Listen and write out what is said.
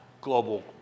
global